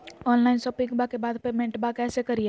Online शोपिंग्बा के बाद पेमेंटबा कैसे करीय?